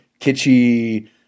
kitschy